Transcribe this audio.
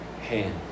hand